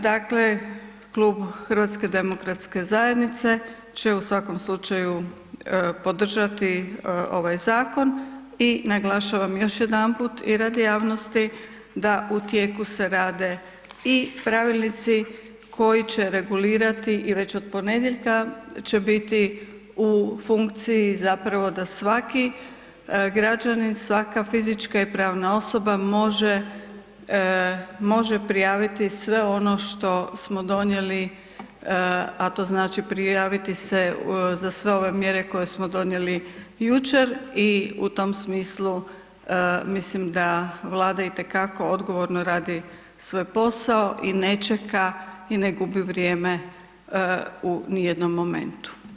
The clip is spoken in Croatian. Dakle, Klub HDZ-a će u svakom slučaju podržati ovaj zakon i naglašavam još jedanput i radi javnosti da u tijeku se rade i pravilnici koji će regulirati već od ponedjeljka će biti u funkciji zapravo da svaki građanin, svaka fizička i pravna osoba može, može prijaviti sve ono što smo donijeli, a to znači prijaviti se za sve ove mjere koje smo donijeli jučer i u tom smislu mislim da Vlada itekako odgovorno radi svoj posao i ne čeka i ne gubi vrijeme u nijednom momentu.